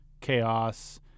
chaos